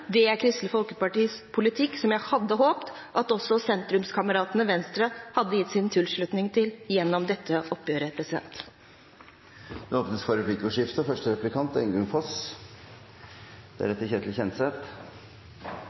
Det er Kristelig Folkepartis politikk, som jeg hadde håpet at også sentrumskameraten Venstre hadde gitt sin tilslutning til gjennom dette oppgjøret. Det blir replikkordskifte. Representanten Hjemdal refererer i denne saken til jordbruksmeldingen og